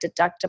deductible